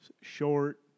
short